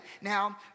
Now